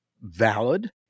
valid